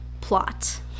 plot